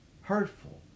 hurtful